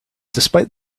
despite